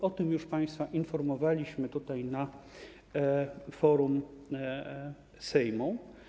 O tym już państwa informowaliśmy tutaj, na forum Sejmu.